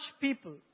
people